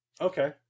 Okay